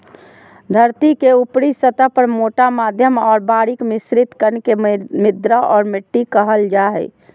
धरतीके ऊपरी सतह पर मोटा मध्यम और बारीक मिश्रित कण के मृदा और मिट्टी कहल जा हइ